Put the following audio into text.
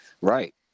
right